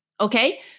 okay